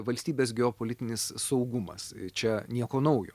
valstybės geopolitinis saugumas čia nieko naujo